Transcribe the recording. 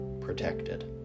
protected